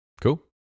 cool